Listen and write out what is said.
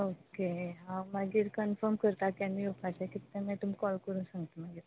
okay हांव मागीर confirm करता केन्ना येवपाचें कितें तें मागीर तुमकां कॉल करून सांगता मागीर